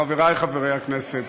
חברי חברי הכנסת,